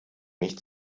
nicht